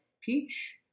peach